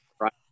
right